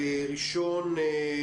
ראשון הדוברים